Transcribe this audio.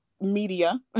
media